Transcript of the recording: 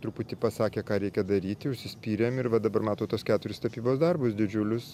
truputį pasakė ką reikia daryti užsispyrėm ir va dabar matot tuos keturis tapybos darbus didžiulius